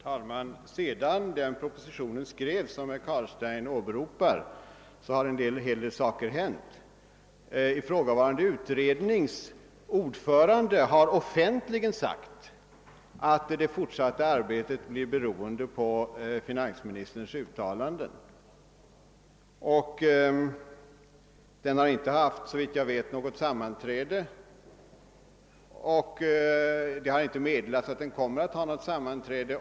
Herr talman! Sedan den proposition skrevs som herr Carlstein åberopar har en hel del hänt. Ifrågavarande utrednings ordförande har offentligen förklarat att det fortsatta arbetet blir beroende av finansministerns uttalanden. Utredningen har såvitt jag vet inte haft något sammanträde och det har inte meddelats att den kommer att ta upp dessa frågor.